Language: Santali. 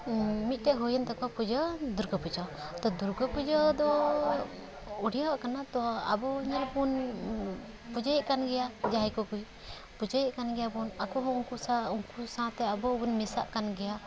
ᱢᱤᱫᱴᱮᱱ ᱦᱩᱭᱮᱱ ᱛᱟᱠᱚᱣᱟ ᱯᱩᱡᱟᱹ ᱫᱩᱨᱜᱟᱹ ᱯᱩᱡᱟᱹ ᱛᱚ ᱫᱩᱨᱜᱟᱹ ᱯᱩᱡᱟᱹ ᱫᱚ ᱩᱲᱭᱟᱣᱟᱜ ᱠᱟᱱᱟ ᱛᱚ ᱟᱵᱚ ᱧᱮᱞ ᱵᱚᱱ ᱯᱩᱡᱟᱹᱭᱮᱫ ᱠᱟᱱ ᱜᱮᱭᱟ ᱡᱟᱦᱟᱸ ᱠᱚᱠᱚ ᱯᱩᱡᱟᱹᱭᱮᱫ ᱠᱟᱱ ᱜᱮᱭᱟ ᱵᱚᱱ ᱟᱠᱚ ᱦᱚᱸ ᱩᱱᱠᱩ ᱥᱟᱶ ᱩᱱᱠᱩ ᱥᱟᱶᱛᱮ ᱟᱵᱚ ᱦᱚᱸᱵᱚᱱ ᱢᱮᱥᱟᱜ ᱠᱟᱱᱜᱮᱭᱟ